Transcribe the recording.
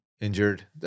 injured